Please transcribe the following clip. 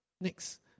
next